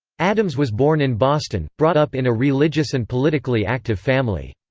adams was born in boston, brought up in a religious and politically active family.